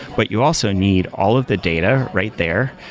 but you also need all of the data right there.